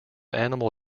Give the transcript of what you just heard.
animal